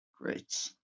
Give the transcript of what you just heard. Great